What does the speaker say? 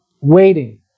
waiting